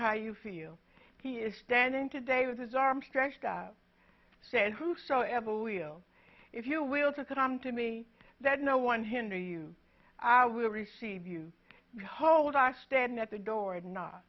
how you feel he is standing today with his arms stretched out said whosoever will if you will to come to me that no one hinder you i will receive you behold i stand at the door and kno